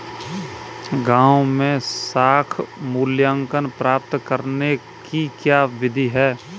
गाँवों में साख मूल्यांकन प्राप्त करने की क्या विधि है?